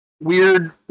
weird